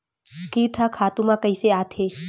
कीट ह खातु म कइसे आथे?